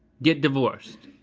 get divorced.